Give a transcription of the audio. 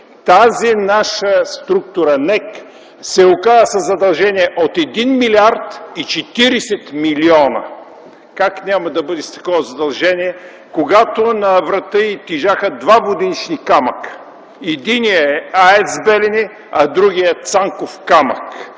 тази наша структура НЕК се оказа със задължения от 1 млрд. 40 млн. Как няма да бъде с такова задължение, когато на врата й тежаха два воденични камъка? Единият е АЕЦ „Белене”, а другият – „Цанков камък”.